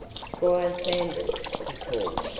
squire sanders, he called,